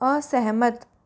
असहमत